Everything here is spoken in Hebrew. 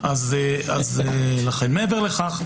מעבר לכך,